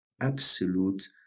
absolute